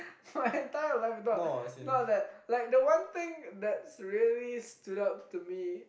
my entire life not not that like the one thing that really stood out to me